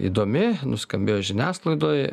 įdomi nuskambėjo žiniasklaidoj